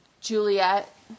Juliet